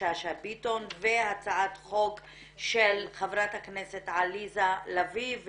שאשא ביטון והצעת חוק של חברת הכנסת עליזה לביא,